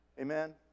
Amen